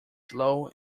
slow